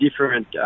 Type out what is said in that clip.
different